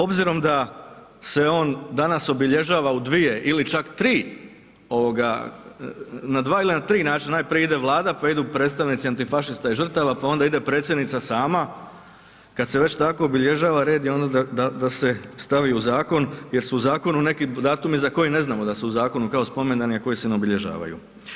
Obzirom da se on danas obilježava u dvije ili čak tri, na dva ili na tri način, najprije ide Vlada, pa idu predstavnici antifašista i žrtava pa onda ide predsjednica sama, kad se već tako obilježava, red je onda da se stavi u zakon jer su u zakonu neki datumi za koje ne znamo da su u zakonu kao spomendani, a koji se ne obilježavaju.